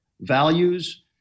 values